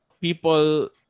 people